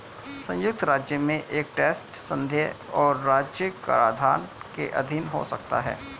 संयुक्त राज्य में एक ट्रस्ट संघीय और राज्य कराधान के अधीन हो सकता है